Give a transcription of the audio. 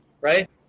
right